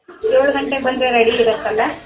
ಏಳು ಗಂಟೆಗೆ ಬಂದರೆ ರೆಡಿ ಇರತ್ತಲ್ಲ